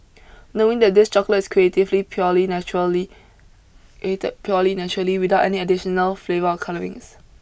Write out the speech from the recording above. knowing that this chocolate is creatively purely naturally created purely naturally without any additional flavour colourings